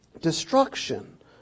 destruction